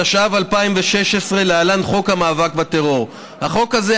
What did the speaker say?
התשע"ו 2016". החוק הזה,